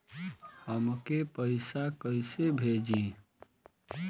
हमके पैसा कइसे भेजी?